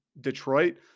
Detroit